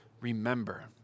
remember